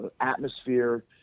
atmosphere